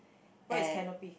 and